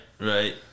right